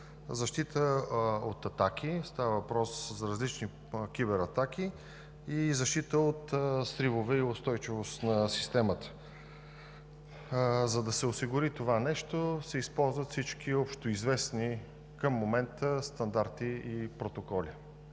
защита от различни кибератаки и защита от сривове и устойчивост на системата. За да се осигури това нещо, се използват всички общоизвестни към момента стандарти и протоколи.